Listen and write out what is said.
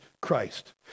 Christ